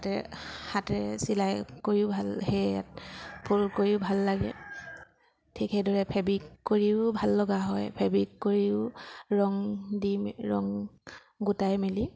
হাতেৰে হাতেৰে চিলাই কৰিও ভাল সেয়াত ফুল কৰিও ভাল লাগে ঠিক সেইদৰে ফেব্ৰিক কৰিও ভাল লগা হয় ফেব্ৰিক কৰিও ৰং দি ৰং গোটাই মেলি